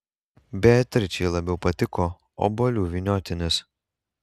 beatričei labiau patiko obuolių vyniotinis